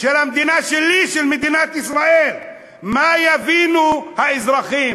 של המדינה שלי, של מדינת ישראל, מה יבינו האזרחים?